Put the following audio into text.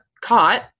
caught